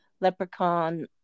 leprechaun